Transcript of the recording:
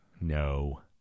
No